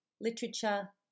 literature